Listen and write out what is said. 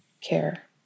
care